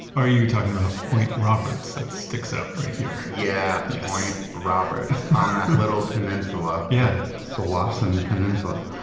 are you talking about point roberts? that sticks out right here yeah yes roberts, on that little peninsula yeah tsawwassen so ah so and peninsula.